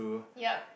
yup